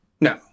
no